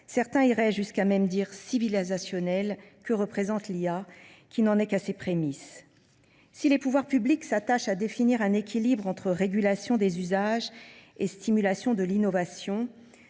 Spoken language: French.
certains iraient jusqu’à dire « civilisationnel »– que représente l’IA, qui n’en est qu’à ses prémices. Si les pouvoirs publics s’attachent à définir un équilibre entre la régulation des usages et la stimulation de l’innovation